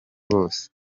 bose